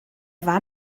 war